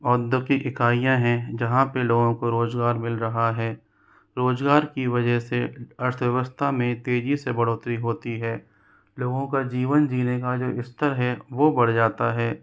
औद्योगिक इकाइयाँ हैं जहाँ पर लोगों को रोज़गार मिल रहा है रोज़गार की वजह से अर्थव्यवस्था में तेजी से बढ़ोतरी होती है लोगों का जीवन जीने का जो स्तर है वो बढ़ जाता है